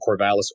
Corvallis